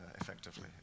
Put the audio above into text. effectively